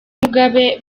mugabe